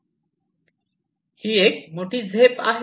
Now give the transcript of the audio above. ही एक मोठी झेप आहे